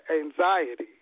anxiety